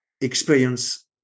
experience